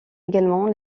également